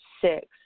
six